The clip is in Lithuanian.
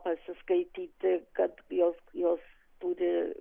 pasiskaityti kad jos jos turi